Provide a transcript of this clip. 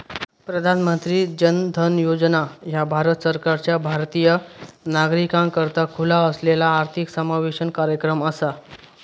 प्रधानमंत्री जन धन योजना ह्या भारत सरकारचा भारतीय नागरिकाकरता खुला असलेला आर्थिक समावेशन कार्यक्रम असा